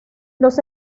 los